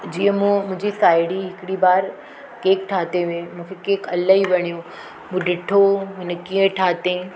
जीअं मूं मुंहिंजी साहेड़ी हिकिड़ी बार केक ठाहियो हुईं मूंखे केक इलाही वणियो हुयो ॾिठो माना कीअं ठाहियांईं